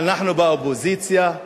אנחנו באופוזיציה,